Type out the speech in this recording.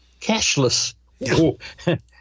cashless